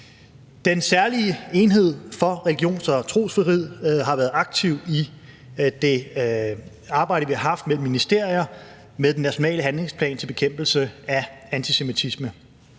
Den særlige enhed for religions- og trosfrihed har været aktiv i det arbejde, vi har haft mellem ministerier med den nationale handlingsplan til bekæmpelse af antisemitisme.